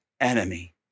enemy